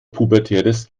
pubertäres